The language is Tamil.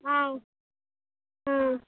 ஆ ம்